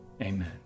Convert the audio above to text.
Amen